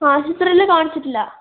ആശുപത്രിയിൽ കാണിച്ചിട്ടില്ല